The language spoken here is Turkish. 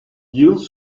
yıl